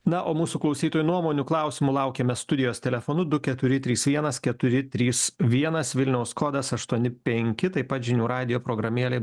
na o mūsų klausytojų nuomonių klausimų laukiame studijos telefonu du keturi trys vienas keturi trys vienas vilniaus kodas aštuoni penki taip pat žinių radijo programėlėj